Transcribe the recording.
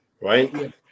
right